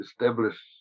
establish